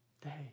Day